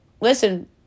listen